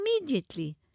immediately